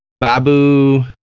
Babu